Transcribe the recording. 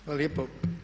Hvala lijepo.